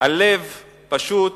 הלב פשוט,